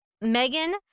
Megan